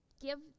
Give